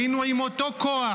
היינו עם אותו כוח,